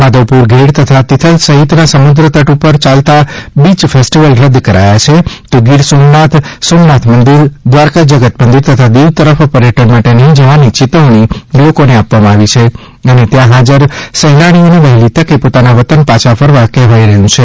માધવપુર ઘેડ તથા તિથલ સહિતના સમુદ્રતટ ઉપર ચાલતા બીચ ફેસ્ટીવલ રદ્દ કરાયા છે તો ગીર જંગલ સોમનાથ મંદિર દ્વારકા જગત મંદિર તથા દિવ તરફ પર્યટન માટે નહીં જવાની ચેતવણી લોકોને આપવામાં આવી છે અને ત્યાં હાજર સહેલાણીઓને વહેલીતકે પોતાના વતન પાછા ફરવા કહેવાઇ રહ્યું છે